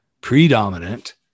predominant